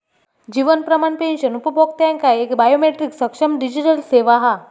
जीवन Pramaan pension उपभोक्त्यांका एक biometric सक्षम डिजीटल सेवा हा